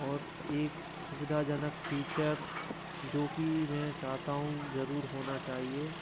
और एक सुविधाजनक फीचर जो कि मैं चाहता हूँ जरूर होना चाहिए